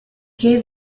gave